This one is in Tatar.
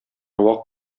вак